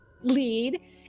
lead